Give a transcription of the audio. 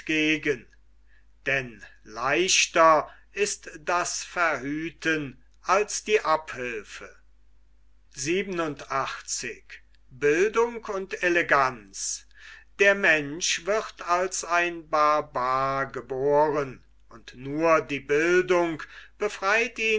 entgegen denn leichter ist das verhüten als die abhülfe der mensch wird als ein barbar geboren und nur die bildung befreit ihn